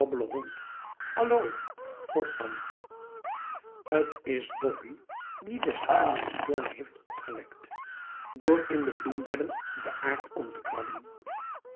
hond allo vort dan t is boppie die des tuinmans toorn heeft opgewekt door in de bloembedden de aard om te krabben